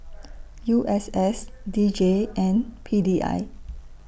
U S S D J and P D I